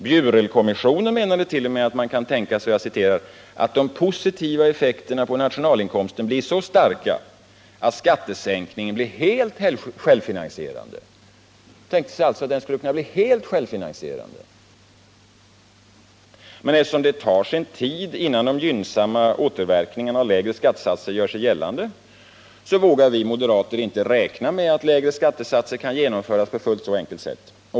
Bjurelkommissionen menade t.o.m. att man kan tänka sig ”att de positiva effekterna på nationalinkomsten blir så starka, att skattesänkningen blir helt självfinansierande”. Men eftersom det tar sin tid innan de gynnsamma återverkningarna av lägre skattesatser gör sig gällande, vågar vi moderater inte räkna med att lägre skattesatser kan genomföras på ett fullt så enkelt sätt.